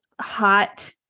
hot